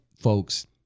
folks